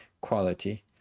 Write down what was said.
quality